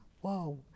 Whoa